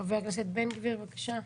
חבר הכנסת בן גביר, בבקשה.